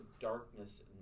darkness